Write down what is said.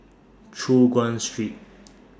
Choon Guan Street